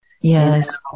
Yes